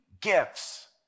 gifts